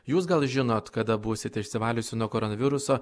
jūs gal žinot kada būsit išsivaliusi nuo koronaviruso